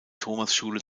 thomasschule